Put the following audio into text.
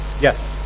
yes